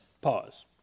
pause